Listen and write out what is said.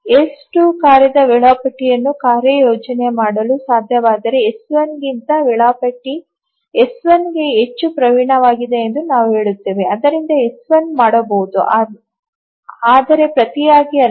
S 2 ಕಾರ್ಯದ ವೇಳಾಪಟ್ಟಿಯನ್ನು ಕಾರ್ಯಯೋಜನೆ ಮಾಡಲು ಸಾಧ್ಯವಾದಾಗ ಎಸ್ 1 ಗಿಂತ ವೇಳಾಪಟ್ಟಿ ಎಸ್ 1 ಹೆಚ್ಚು ಪ್ರವೀಣವಾಗಿದೆ ಎಂದು ನಾವು ಹೇಳುತ್ತೇವೆ ಆದ್ದರಿಂದ ಎಸ್ 1 ಮಾಡಬಹುದು ಆದರೆ ಪ್ರತಿಯಾಗಿ ಅಲ್ಲ